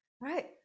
right